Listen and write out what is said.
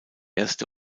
erste